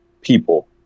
people